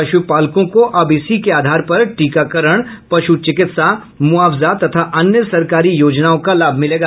पशुपालकों को अब इसी के आधार पर टीकाकरण पश् चिकित्सा मुआवजा तथा अन्य सरकारी योजनाओं का लाभ मिलेगा